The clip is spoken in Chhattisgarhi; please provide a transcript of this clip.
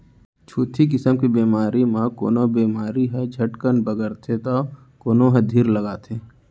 छुतही किसम के बेमारी म कोनो बेमारी ह झटकन बगरथे तौ कोनो ह धीर लगाके